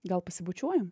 gal pasibučiuojam